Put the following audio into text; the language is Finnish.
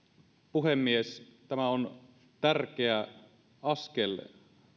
puhemies tämä on tärkeä askel